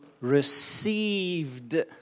received